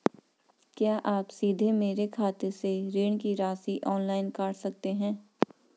क्या आप सीधे मेरे खाते से ऋण की राशि ऑनलाइन काट सकते हैं?